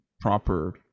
proper